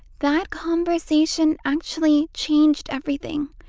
that conversation actually changed everything,